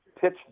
pitch